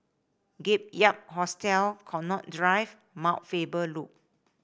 Gap Year Hostel Connaught Drive Mount Faber Loop